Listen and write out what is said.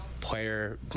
player